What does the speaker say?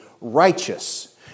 righteous